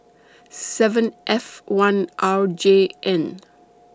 seven F one R J N